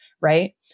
right